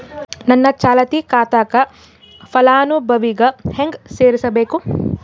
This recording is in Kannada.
ನನ್ನ ಚಾಲತಿ ಖಾತಾಕ ಫಲಾನುಭವಿಗ ಹೆಂಗ್ ಸೇರಸಬೇಕು?